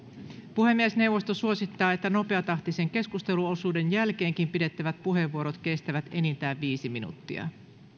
puhemiesneuvosto suosittaa että nopeatahtisen keskusteluosuuden jälkeenkin pidettävät puheenvuorot kestävät enintään viisi minuuttia